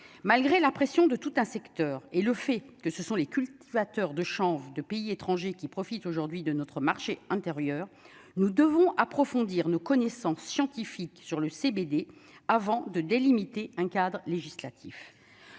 malgré la pression de tout un secteur et le fait que ce sont les cultivateurs de change de pays étrangers qui profitent aujourd'hui de notre marché intérieur, nous devons approfondir nos connaissances scientifiques sur le CBD avant de délimiter un cadre législatif